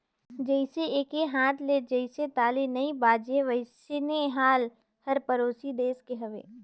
जइसे एके हाथ ले जइसे ताली नइ बाजे वइसने हाल हर परोसी देस के हवे